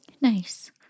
Nice